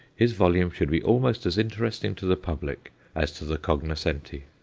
his volume should be almost as interesting to the public as to the cognoscenti.